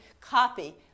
copy